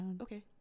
okay